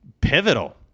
pivotal